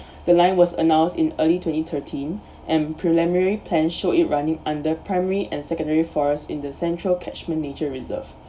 the line was announced in early twenty thirteen and preliminary plan showed it running under primary and secondary forest in the central catchment nature reserve